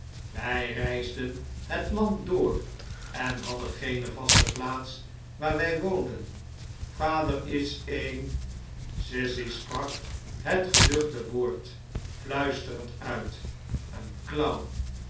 wij reisden het land door en hadden geene vaste plaats waar wij woonden vader is een sissy sprak het geduchte woord fluisterend uit een clown